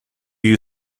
you